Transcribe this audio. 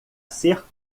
ser